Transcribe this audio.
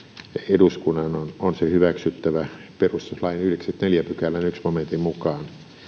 eduskunnan on se hyväksyttävä perustuslain yhdeksännenkymmenennenneljännen pykälän ensimmäisen momentin mukaan